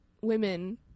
women